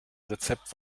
rezept